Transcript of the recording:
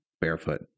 Barefoot